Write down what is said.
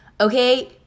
Okay